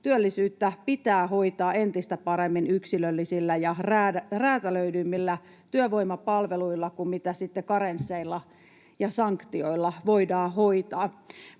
työllisyyttä pitää hoitaa entistä paremmin yksilöllisillä ja räätälöidymmillä työvoimapalveluilla kuin mitä karensseilla ja sanktioilla voidaan hoitaa.